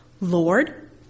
Lord